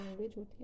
language